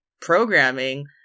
programming